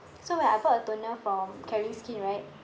so when I bought a toner from caring skin right